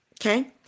okay